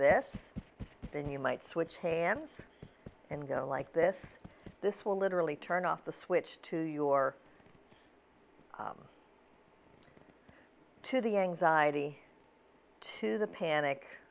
this then you might switch hands and go like this this will literally turn off the switch to your to the anxiety to the panic